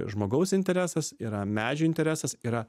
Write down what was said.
žmogaus interesas yra medžio interesas yra